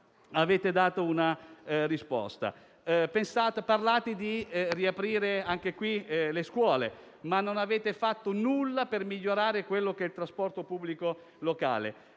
avete dato una risposta. Parlate di riaprire le scuole, ma non avete fatto nulla per migliorare il trasporto pubblico locale.